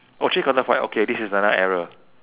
oh three quarter white okay this is another error